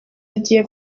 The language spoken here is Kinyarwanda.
agiye